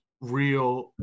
real